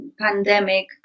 pandemic